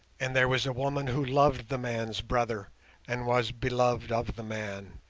and there was a woman who loved the man's brother and was beloved of the man.